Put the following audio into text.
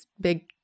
big